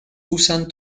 usan